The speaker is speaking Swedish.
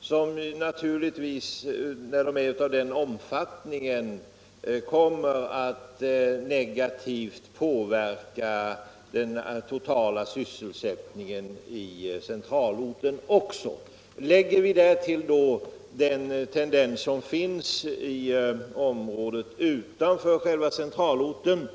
som naturligtvis, när de är av den omfattningen, också kommer att negativt påverka den totala sysselsättningen i centralorten. Därtill kan man lägga den tendens som finns i området utanför själva centralorten.